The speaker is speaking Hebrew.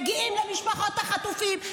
מגיעים למשפחות החטופים,